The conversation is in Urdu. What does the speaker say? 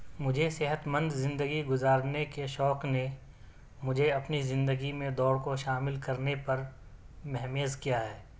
مجھے صحتمند زندگی گزارنے کے شوق نے مجھے اپنی زندگی میں دوڑ کو شامل کرنے پر مہمیز کیا ہے